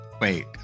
Wait